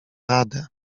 radę